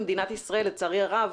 במדינת ישראל, לצערי הרב,